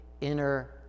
inner